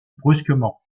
brusquement